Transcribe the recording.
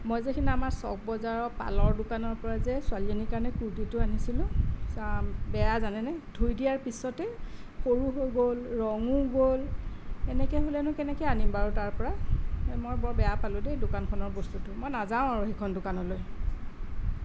মই যে সিদিনা আমাৰ চ'ক বজাৰৰ পালৰ দোকানৰপৰা যে ছোৱালীজনীৰ কাৰণে কূৰ্তীটো আনিছিলোঁ ইছ ৰাম বেয়া জানেনে ধুই দিয়াৰ পিছতেই সৰু হৈ গ'ল ৰঙো গ'ল এনেকৈ হ'লেনো কেনেকৈ আনিম বাৰু তাৰপৰা এই মই বৰ বেয়া পালোঁ দেই দোকানখনৰ বস্তুটো মই নাযাওঁ আৰু সেইখন দোকানলৈ